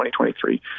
2023